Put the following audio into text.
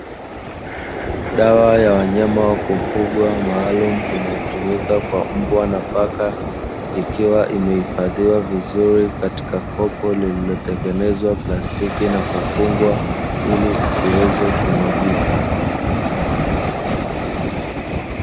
Dawa ya wanyama wa kufugwa maalumu inayotumika kwa mbwa na paka. Ikiwa imehifadhiwa vizuri katika kopo lililotengenezwa kwa kutumia plastiki na kufungwa, ili isiweze kumwagika.